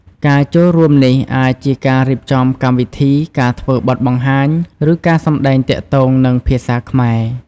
ការចូលរួមនេះអាចជាការរៀបចំកម្មវិធី ការធ្វើបទបង្ហាញ ឬការសម្តែងទាក់ទងនឹងភាសាខ្មែរ។